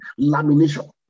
lamination